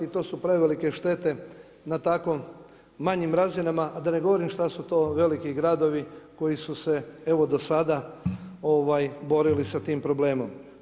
To su prevelike štete na tako manjim razinama, a da ne govorim šta su to veliki gradovi koji su se evo do sada borili sa tim problemom.